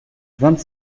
vingt